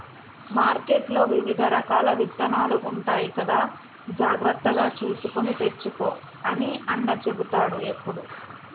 మార్కెట్లో వివిధ రకాల విత్తనాలు ఉంటాయి కదా జాగ్రత్తగా చూసుకొని తెచ్చుకో అని అన్న చెపుతాడు ఎప్పుడు